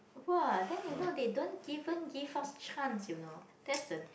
!wah! then you know they don't even give us chance you know that's the